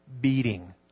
beating